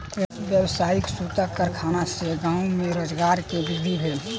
व्यावसायिक सूतक कारखाना सॅ गाम में रोजगार के वृद्धि भेल